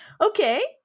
Okay